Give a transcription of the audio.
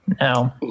No